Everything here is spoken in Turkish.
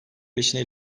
beşini